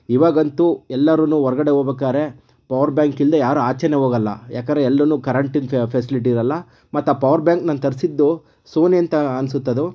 ಇವಾಗಂತೂ ಎಲ್ಲರೂ ಹೊರಗಡೆ ಹೋಗ್ಬೇಕಾದ್ರೆ ಪವರ್ಬ್ಯಾಂಕ್ ಇಲ್ಲದೇ ಯಾರೂ ಆಚೆಯೇ ಹೋಗಲ್ಲ ಯಾಕೆಂದರೆ ಎಲ್ಲೆಲ್ಲೂ ಕರೆಂಟಿನ ಫೆ ಫೆಸಿಲಿಟಿ ಇರಲ್ಲ ಮತ್ತಾ ಪವರ್ಬ್ಯಾಂಕ್ ನಾನು ತರಿಸಿದ್ದು ಸೋನಿ ಅಂತ ಅನಿಸುತ್ತದು